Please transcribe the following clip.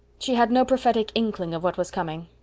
she had no prophetic inkling of what was coming.